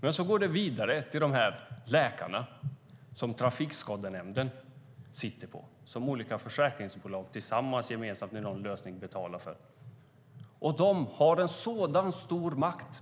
Men ärendet går vidare till läkarna som Trafikskadenämnden anlitar och som olika försäkringsbolag betalar för med någon gemensam lösning.